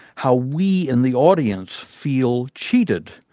how we in the audience feel cheated,